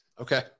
Okay